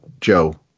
Joe